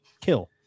kill